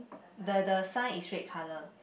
the the sign is red color